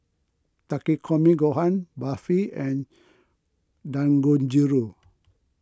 Takikomi Gohan Barfi and Dangojiru